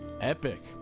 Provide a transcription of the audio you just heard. Epic